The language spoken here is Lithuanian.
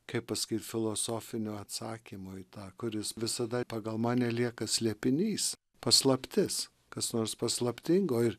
kaip pasakyt filosofinio atsakymo į tą kuris visada pagal mane lieka slėpinys paslaptis kas nors paslaptingo ir